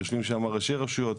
יושבים שם ראשי רשויות.